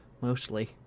mostly